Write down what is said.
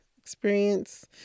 experience